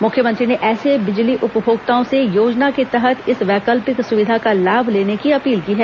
मुख्यमंत्री ने ऐसे बिजली उपभोक्ताओं से योजना के तहत इस वैकल्पिक सुविधा का लाभ लेने की अपील की है